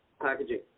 packaging